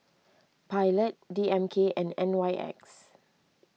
Pilot D M K and N Y X